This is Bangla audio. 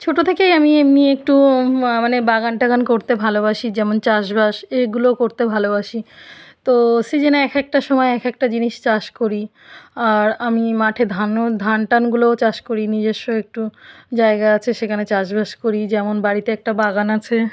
ছোটো থেকেই আমি এমনি একটু মানে বাগান টাগান করতে ভালবাসি যেমন চাষবাস এইগুলো করতে ভালবাসি তো সিজেনে এক একটা সময়ে এক একটা জিনিস চাষ করি আর আমি মাঠে ধানও ধান টানগুলোও চাষ করি নিজেস্ব একটু জায়গা আছে সেখানে চাষবাস করি যেমন বাড়িতে একটা বাগান আছে